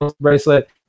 bracelet